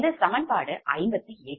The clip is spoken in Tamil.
இது சமன்பாடு 58